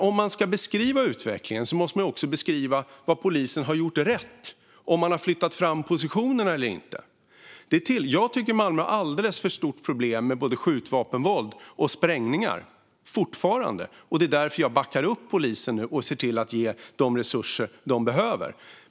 Om man ska beskriva utvecklingen måste man också beskriva vad polisen har gjort rätt och om de har flyttat fram positionerna eller inte. Jag tycker att Malmö har ett alldeles för stort problem med både skjutvapenvåld och sprängningar, fortfarande, och det är därför jag backar upp polisen och ser till att ge dem de resurser som behövs.